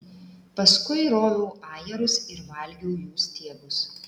paskui roviau ajerus ir valgiau jų stiebus